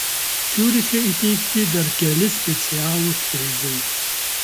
ciuriche įteikti dar keli specialūs prizai